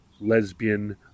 lesbian